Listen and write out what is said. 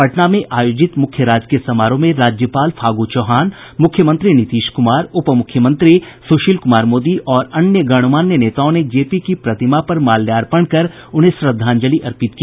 पटना में आयोजित मूख्य राजकीय समारोह में राज्यपाल फागू चौहान मुख्यमंत्री नीतीश कुमार उपमुख्यमंत्री सुशील कुमार मोदी और अन्य गणमान्य नेताओं ने जे पी की प्रतिमा पर माल्यार्पण कर उन्हें श्रद्धांजलि अर्पित की